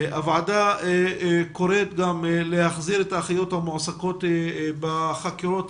הוועדה קוראת גם להחזיר את האחיות המועסקות בחקירות